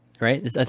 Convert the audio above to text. right